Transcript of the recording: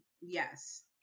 yes